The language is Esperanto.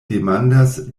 demandas